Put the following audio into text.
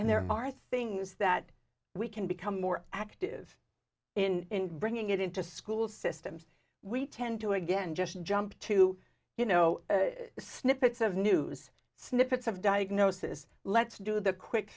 and there are things that we can become more active in bringing it into school systems we tend to again just jump to you know snippets of news snippets of diagnosis let's do the quick